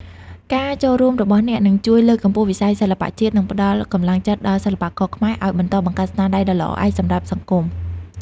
ការចូលរួមរបស់អ្នកនឹងជួយលើកកម្ពស់វិស័យសិល្បៈជាតិ និងផ្តល់កម្លាំងចិត្តដល់សិល្បករខ្មែរឲ្យបន្តបង្កើតស្នាដៃដ៏ល្អឯកសម្រាប់សង្គម។